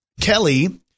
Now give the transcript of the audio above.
Kelly